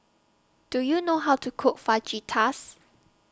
Do YOU know How to Cook Fajitas